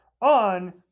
on